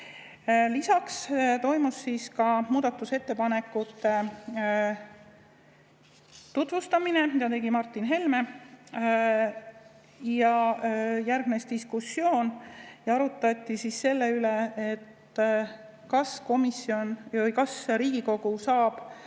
Lisaks toimus muudatusettepanekute tutvustamine, mida tegi Martin Helme. Järgnes diskussioon ja arutati selle üle, kas ja kuivõrd saab